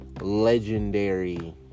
legendary